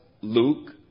Luke